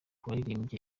waririmbye